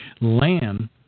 Land